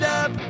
up